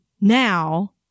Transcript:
now